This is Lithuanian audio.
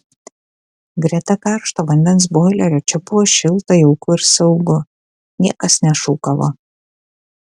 greta karšto vandens boilerio čia buvo šilta jauku ir saugu niekas nešūkavo